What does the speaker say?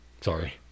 Sorry